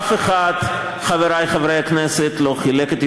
איזה התפתלות, בלי